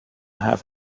have